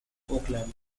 oakland